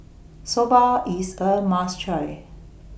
Soba IS A must Try